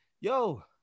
Yo